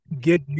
get